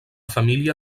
família